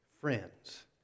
friends